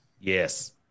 yes